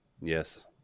Yes